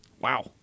Wow